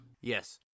Yes